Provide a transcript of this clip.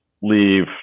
leave